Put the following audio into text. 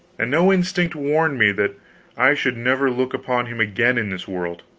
and no instinct warned me that i should never look upon him again in this world!